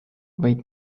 võid